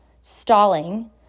stalling